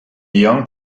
young